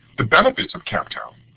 the benefits of captel.